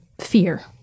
fear